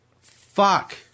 fuck